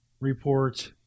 report